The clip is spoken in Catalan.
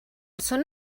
són